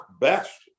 best